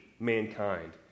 Mankind